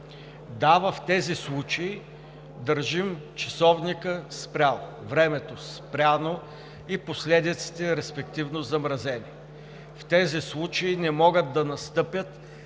Да, в тези случаи държим часовника спрял, времето спряно и последиците респективно замразени. В тези случаи не могат да настъпят